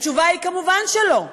התשובה היא: כמובן שלא,